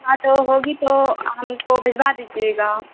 ہاں تو ہوگی تو ہم کو بھیجوا دیجیے گا